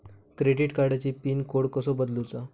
Credit कार्डची pin code कसो बदलुचा?